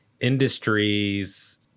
industries